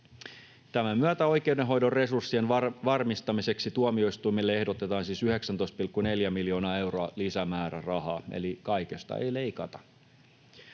Tämän myötä oikeudenhoidon resurssien varmistamiseksi tuomioistuimille ehdotetaan siis 19,4 miljoonaa euroa lisämäärärahaa — eli kaikesta ei leikata.